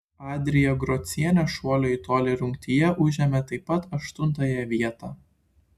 adrija grocienė šuolio į tolį rungtyje užėmė taip pat aštuntąją vietą